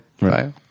Right